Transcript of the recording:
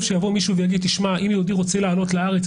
שיבוא מישהו ויגיד שאם יהודי רוצה לעלות לארץ,